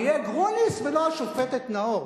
יהיה גרוניס ולא השופטת נאור.